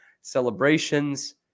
celebrations